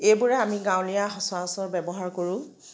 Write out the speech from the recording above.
এইদৰে আমি গাঁৱলীয়া সচৰাচৰ ব্যৱহাৰ কৰোঁ